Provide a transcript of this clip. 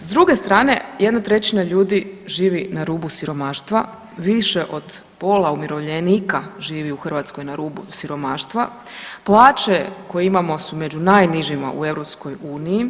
S druge strane 1/3 ljudi živi na rubu siromaštva, više od pola umirovljenika živi u Hrvatskoj na rubu siromaštva, plaće koje imamo su među najnižima u EU.